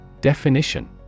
Definition